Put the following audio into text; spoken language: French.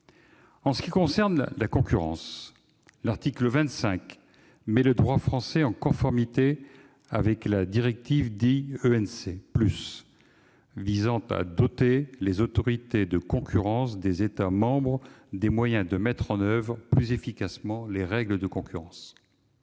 ce qui concerne la concurrence, l'article 25 met le droit français en conformité avec la directive dite « ENC +» visant à doter les autorités de concurrence des États membres des moyens de mettre en oeuvre plus efficacement les règles de concurrence.